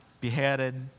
beheaded